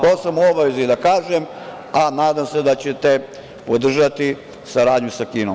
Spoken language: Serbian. To sam u obavezi da kažem, a nadam se da ćete podržati saradnju sa Kinom.